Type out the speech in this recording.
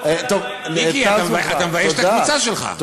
זה אותם אנשים.